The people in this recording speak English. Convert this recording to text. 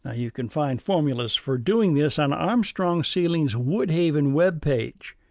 ah you can find formulas for doing this on armstrong ceilings' woodhaven web page.